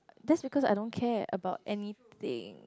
that's because I don't care about anything